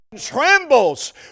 trembles